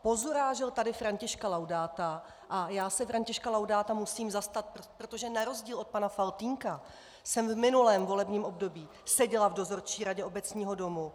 Pozurážel tady Františka Laudáta, a já se Františka Laudáta musím zastat, protože na rozdíl od pana Faltýnka jsem v minulém volebním období seděla v dozorčí radě Obecního domu.